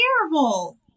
terrible